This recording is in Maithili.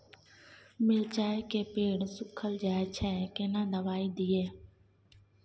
मिर्चाय के पेड़ सुखल जाय छै केना दवाई दियै?